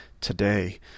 today